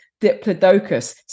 diplodocus